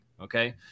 Okay